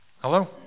Hello